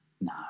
No